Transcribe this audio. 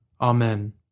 Amen